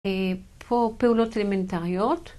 פה פעולות אלמנטריות.